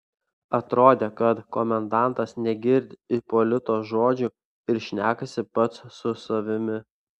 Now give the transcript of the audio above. atrodė kad komendantas negirdi ipolito žodžių ir šnekasi pats su savimi